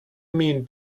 mean